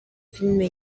filime